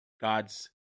god's